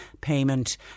payment